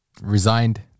Resigned